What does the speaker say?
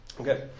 Okay